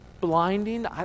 blinding